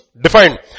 defined